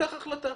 תיקח החלטה.